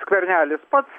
skvernelis pats